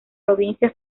provincia